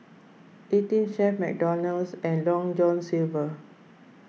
eighteen Chef McDonald's and Long John Silver